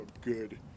good